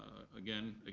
again,